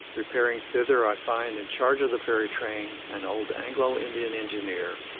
repairing thither, i find, in charge of the ferry-train, an old anglo-indian engineer,